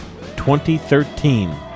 2013